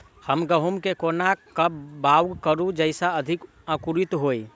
हम गहूम केँ कोना कऽ बाउग करू जयस अधिक अंकुरित होइ?